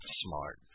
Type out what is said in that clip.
smart